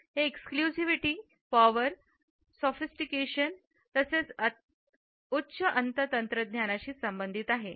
हे exclusivity power sophistication तसेच उच्च अंत तंत्रज्ञानाशी संबंधित आहे